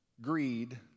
Greed